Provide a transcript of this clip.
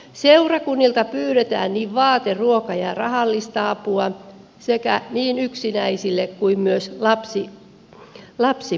seurakunnilta pyydetään vaate ruoka ja rahallista apua niin yksinäisille kuin myös lapsiperheille